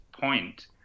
point